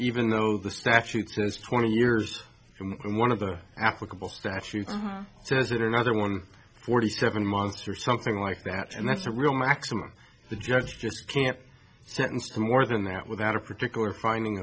even though the statute says twenty years from one of the applicable statutes so is it another one forty seven months or something like that and that's a real maximum the judge just can't sentence for more than that without a particular finding